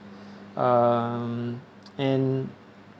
um and